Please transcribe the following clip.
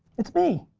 it's me.